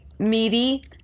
Meaty